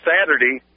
Saturday